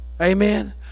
Amen